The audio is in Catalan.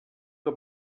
que